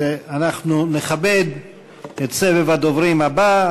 ואנחנו נכבד את סבב הדוברים הבא.